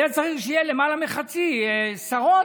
היה צריך שיהיו למעלה מחצי שרות.